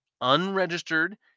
unregistered